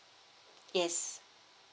yes